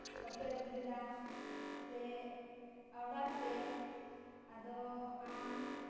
ᱵᱟᱯᱮ ᱟᱹᱜᱩ ᱞᱮᱫᱟ ᱥᱮ ᱚᱰᱟᱨ ᱯᱮ ᱟᱫᱚ ᱟᱢ